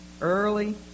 early